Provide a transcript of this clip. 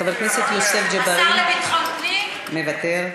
חבר הכנסת יוסף ג'בארין, השר לביטחון פנים, מוותר.